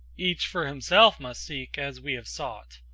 each for himself must seek, as we have sought,